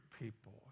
people